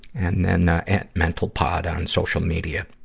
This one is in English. and then, ah, at mentalpod on social media.